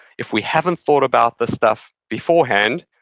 if we haven't thought about this stuff beforehand,